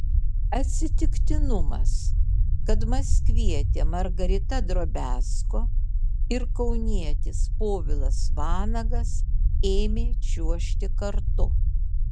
atsitiktinumas kad maskvietė margarita drobiazko ir kaunietis povilas vanagas ėmė čiuožti kartu